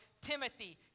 Timothy